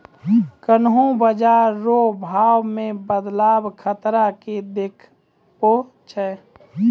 कोन्हों बाजार रो भाव मे बदलाव खतरा के देखबै छै